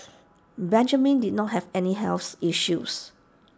Benjamin did not have any health issues